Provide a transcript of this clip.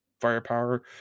firepower